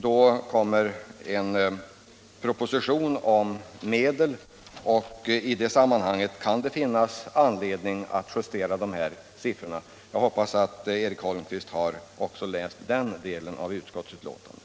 Då kommer en proposition om regionalpolitiska medel. I det sammanhanget kan det finnas anledning att justera dessa siffror. Jag hoppas att Eric Holmqvist har läst också den delen av utskottsbetänkandet.